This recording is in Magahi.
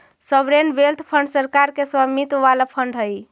सॉवरेन वेल्थ फंड सरकार के स्वामित्व वाला फंड हई